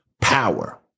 power